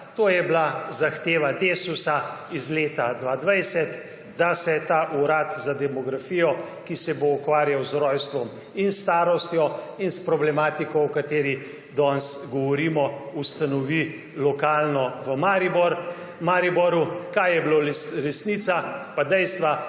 To je bila zahteva Desusa iz leta 2020, da se ta urad za demografijo, ki se bo ukvarjal z rojstvom in starostjo in s problematiko, o kateri danes govorimo, ustanovi lokalno v Mariboru. Kaj je bila resnica in kakšna